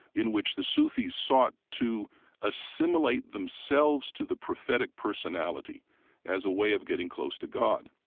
in which the sufis sought to assimilate themselves to the prophetic personality as a way of getting close to god.